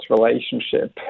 relationship